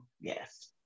Yes